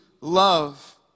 love